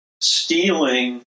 stealing